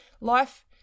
life